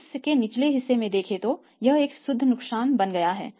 इसके निचले हिस्से में देखे तो यह एक शुद्ध नुकसान बन गया है